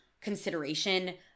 consideration